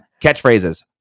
Catchphrases